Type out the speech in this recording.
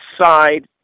side